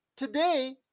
Today